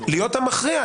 המכריע,